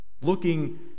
looking